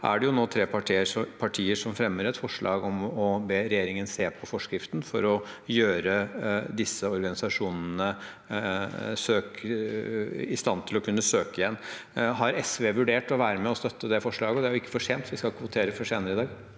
Derfor er det nå tre partier som fremmer et forslag om å be regjeringen se på forskriften for å gjøre disse organisasjonene i stand til å kunne søke igjen. Har SV vurdert å støtte det forslaget? Det er ikke for sent, for vi skal ikke votere før senere i dag.